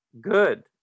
good